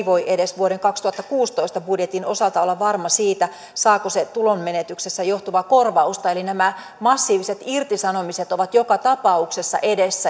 voi edes vuoden kaksituhattakuusitoista budjetin osalta olla varma siitä saako se tulonmenetyksestä johtuvaa korvausta eli nämä massiiviset irtisanomiset ovat joka tapauksessa edessä